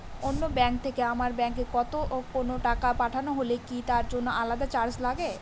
অন্য ব্যাংক থেকে আমার ব্যাংকে কোনো টাকা পাঠানো হলে কি তার জন্য আলাদা চার্জ লাগে?